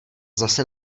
zase